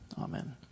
Amen